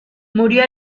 murió